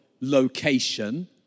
location